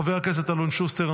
חבר הכנסת אלון שוסטר,